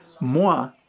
moi